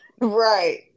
right